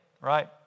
right